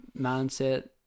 mindset